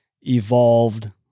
Evolved